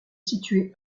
situé